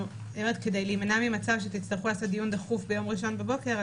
כדי להימנע ממצב שתצטרכו לקיים דיון דחוף ביום ראשון בבוקר,